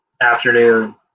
afternoon